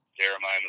Jeremiah